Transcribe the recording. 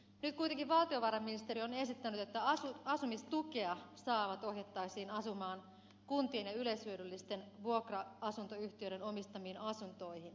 nyt kuitenkin valtiovarainministeriö on esittänyt että asumistukea saavat ohjattaisiin asumaan kuntien ja yleishyödyllisten vuokra asuntoyhtiöiden omistamiin asuntoihin